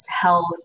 health